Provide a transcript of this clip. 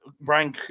Brian